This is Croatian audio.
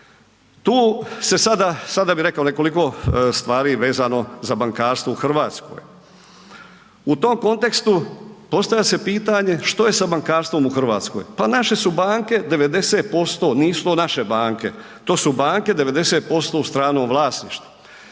sada, sada bih rekao nekoliko stvari vezano za bankarstvo u Hrvatskoj. U tom kontekstu postavlja se pitanje što je sa bankarstvom u Hrvatskoj, pa naše su banke 90% nisu to naše banke, to su banke 90% u stranom vlasništvu.